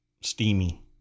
steamy